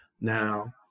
Now